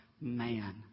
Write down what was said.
man